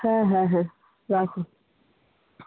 হ্যাঁ হ্যাঁ হ্যাঁ রাখুন